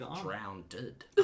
Drowned